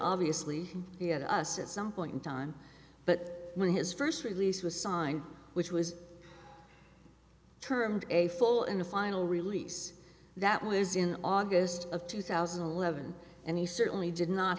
obviously he had us at some point in time but when his first release was signed which was termed a full in the final release that was in august of two thousand and eleven and he certainly did not